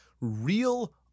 real